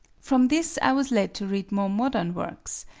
from this i was led to read more modern works,